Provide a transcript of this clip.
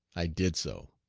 i did so.